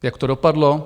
Jak to dopadlo?